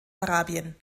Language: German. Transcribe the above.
arabien